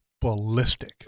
ballistic